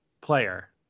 player